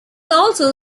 also